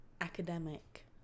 Academic